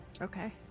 Okay